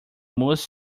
most